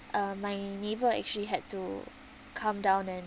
uh my neighbour actually had to come down and